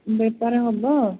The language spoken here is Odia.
ବେପାର ହବ